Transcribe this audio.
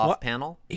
panel